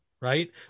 right